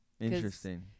Interesting